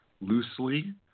loosely